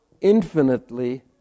infinitely